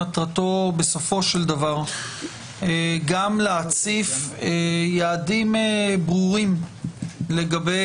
מטרתו בסופו של דבר גם להציף יעדים ברורים לגבי